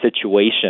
situation